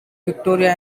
victoria